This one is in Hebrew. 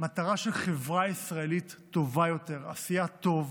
מטרה של חברה ישראלית טובה יותר, עשיית טוב,